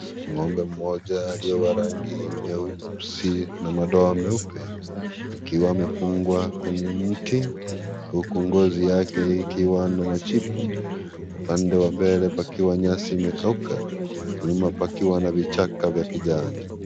Ngo'mbe mmoja aliye wa rangi nyeusi na madoa meupe akiwa amefungwa kwenye mti huku ngozi yake ikiwa na machipu. Upande wa mbele pakiwa nyasi imekauka, nyuma pakiwa na vichaka vya kijani.